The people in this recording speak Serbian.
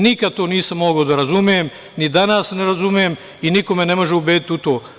Nikada to nisam mogao da razumem, ni danas ne razumem i niko me ne može ubediti u to.